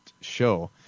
show